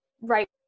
right